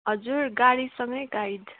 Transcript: हजुर गाडीसँगै गाइड